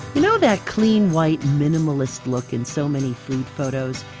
know that clean, white, minimalist look in so many food photos?